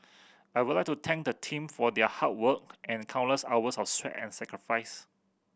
I would like to thank the team for their hard work and countless hours of sweat and sacrifice